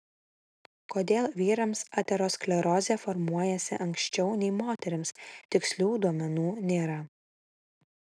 kodėl vyrams aterosklerozė formuojasi anksčiau nei moterims tikslių duomenų nėra